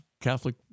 Catholic